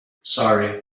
sorry